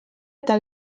eta